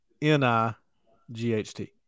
N-I-G-H-T